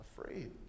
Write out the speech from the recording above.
afraid